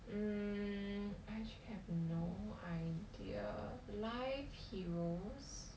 mm I have no idea life heroes